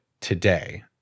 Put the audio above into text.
today